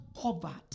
covered